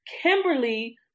Kimberly